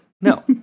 No